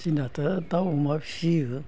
जोंनाथ' दाउ अमा फियो